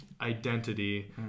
identity